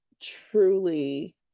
truly